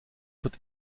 wird